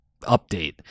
update